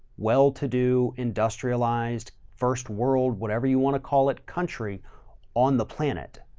well to do industrialized first world, whatever you want to call it, country on the planet.